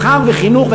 מסחר וחינוך,